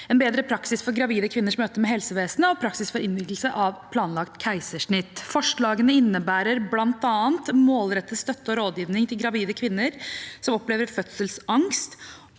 en bedre praksis for gravide kvinners møte med helsevesenet og praksis for innvilgelse av planlagt keisersnitt. Forslagene innebærer bl.a. en målrettet støtte og rådgivning til gravide kvinner som opplever fødselsangst,